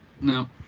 no